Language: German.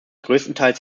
größtenteils